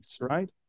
right